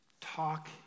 Talk